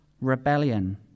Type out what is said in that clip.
rebellion